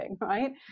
right